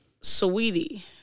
sweetie